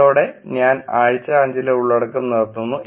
അതോടെ ഞാൻ ആഴ്ച 5 ലെ ഉള്ളടക്കം നിർത്തുന്നു